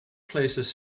places